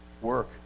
Work